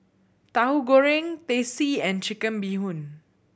Tauhu Goreng Teh C and Chicken Bee Hoon